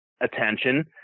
attention